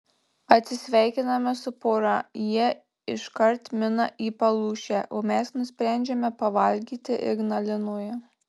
atsisveikiname su pora jie iškart mina į palūšę o mes nusprendžiame pavalgyti ignalinoje